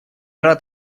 рад